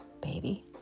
baby